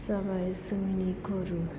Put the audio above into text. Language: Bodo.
जाबाय जोंनि गुरु